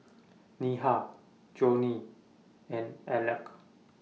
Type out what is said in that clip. Neha Johnie and Aleck